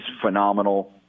phenomenal